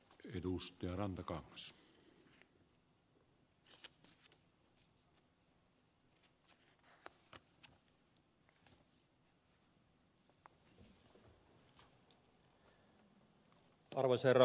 arvoisa herra puhemies